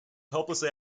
hopelessly